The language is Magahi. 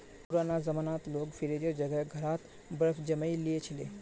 पुराना जमानात लोग फ्रिजेर जगह घड़ा त बर्फ जमइ ली छि ले